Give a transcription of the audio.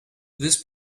this